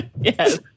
Yes